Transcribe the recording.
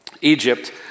Egypt